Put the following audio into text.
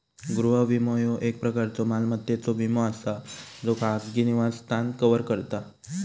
गृह विमो, ह्यो एक प्रकारचो मालमत्तेचो विमो असा ज्यो खाजगी निवासस्थान कव्हर करता